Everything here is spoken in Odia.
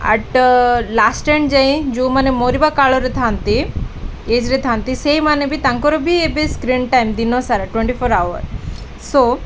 ଆଟ୍ ଲାଷ୍ଟଏଣ୍ଡ ଯାଇ ଯେଉଁମାନେ ମରିବା କାଳରେ ଥାନ୍ତି ଏଜ୍ରେ ଥାନ୍ତି ସେଇମାନେ ବି ତାଙ୍କର ବି ଏବେ ସ୍କ୍ରିନ୍ ଟାଇମ୍ ଦିନ ସାରା ଟ୍ୱେଣ୍ଟି ଫୋର୍ ଆୱାର ସୋ